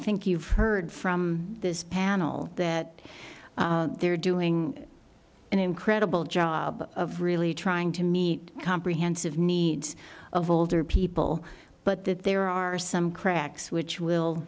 think you've heard from this panel that they're doing an incredible job of really trying to meet comprehensive needs of older people but that there are some cracks which w